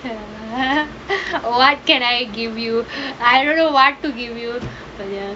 what can I give you I don't know what to give you ya